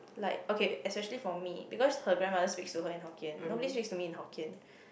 like okay especially for me because her grandmother speaks to her in Hokkien nobody speaks to me in Hokkien